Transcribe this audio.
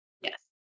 Yes